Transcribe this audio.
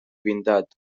pintat